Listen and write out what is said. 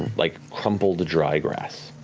like crumpled, dry grass.